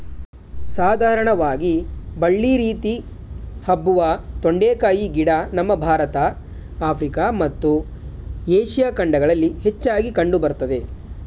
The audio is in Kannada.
ಸಾಧಾರಣವಾಗಿ ಬಳ್ಳಿ ರೀತಿ ಹಬ್ಬುವ ತೊಂಡೆಕಾಯಿ ಗಿಡ ನಮ್ಮ ಭಾರತ ಆಫ್ರಿಕಾ ಮತ್ತು ಏಷ್ಯಾ ಖಂಡಗಳಲ್ಲಿ ಹೆಚ್ಚಾಗಿ ಕಂಡು ಬರ್ತದೆ